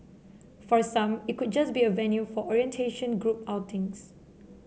for some it could just be a venue for orientation group outings